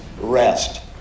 rest